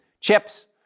Chips